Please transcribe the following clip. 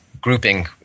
grouping